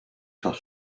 sur